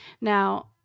Now